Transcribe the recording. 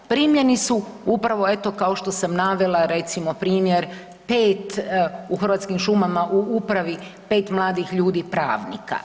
Primljeni su upravo eto kao što sam navela recimo primjer pet u Hrvatskim šumama u upravi pet mladih ljudi pravnika.